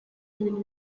ibintu